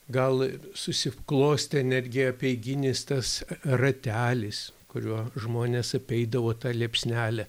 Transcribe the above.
gal susiklostė netgi apeiginis tas ratelis kuriuo žmonės apeidavo tą liepsnelę